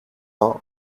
vingt